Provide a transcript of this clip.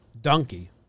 Donkey